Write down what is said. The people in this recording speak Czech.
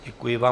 Děkuji vám.